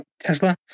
Tesla